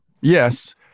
Yes